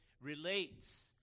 relates